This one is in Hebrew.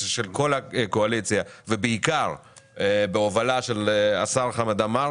מכל הקואליציה ובעיקר בהובלה של השר חמד עמאר